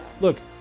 look